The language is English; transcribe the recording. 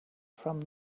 from